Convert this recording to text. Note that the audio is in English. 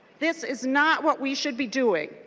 this is not what we should be doing.